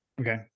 Okay